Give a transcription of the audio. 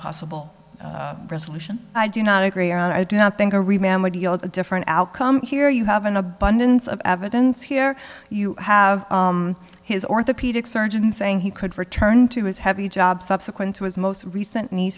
possible resolution i do not agree or i do not think a remain a different outcome here you have an abundance of evidence here you have his orthopedic surgeon saying he could return to his heavy job subsequent to his most recent knee